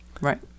right